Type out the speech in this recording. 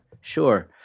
Sure